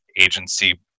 agency